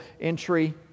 entry